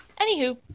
Anywho